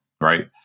right